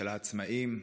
של העצמאים.